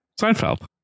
Seinfeld